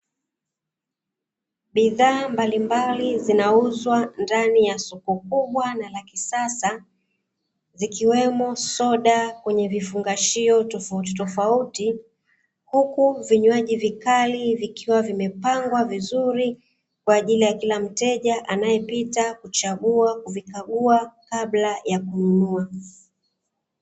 Bidhaa mbali mbali zinauzwa ndani ya soko kubwa na la kisasa zikiwemo soda kwenye vifungashio tofauti tofauti, huku vinywaji vikali vikiwa vimepangwa vizuri kwa ajili ya kila mteja anaepita kuchagua, kuvikagua kabla ya kununua.